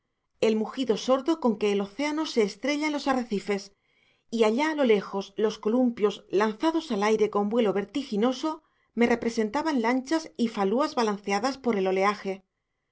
el mugido sordo con que el océano se estrella en los arrecifes y allá a lo lejos los columpios lanzados al aire con vuelo vertiginoso me representaban lanchas y falúas balanceadas por el oleaje